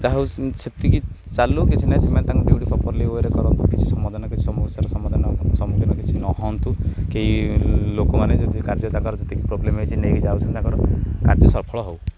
ଯାହା ହଉ ସେତିକି ଚାଲୁ କିଛି ନାହିଁ ସେମାନେ ତାଙ୍କୁ ଡ୍ୟୁଟି ପ୍ରପର୍ଲି ୱେଏରେ କରନ୍ତୁ କିଛି ସମାଧାନ କିଛି ସମସ୍ୟାର ସମାଧାନ ସମ୍ମୁଖୀନ କିଛି ନହଅନ୍ତୁ କେହି ଲୋକମାନେ ଯଦି କାର୍ଯ୍ୟ ତାଙ୍କର ଯେତିକି ପ୍ରବ୍ଲେମ୍ ହେଇଛି ନେଇକି ଯାଉଛନ୍ତି ତାଙ୍କର କାର୍ଯ୍ୟ ସଫଳ ହଉ